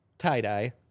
Tie-dye